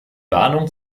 warnung